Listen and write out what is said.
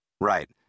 Right